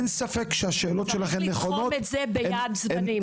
צריך לתחום את זה ביעד זמנים.